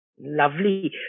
Lovely